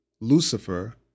Lucifer